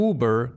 Uber